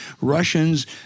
Russians –